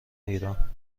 ایران